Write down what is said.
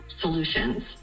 solutions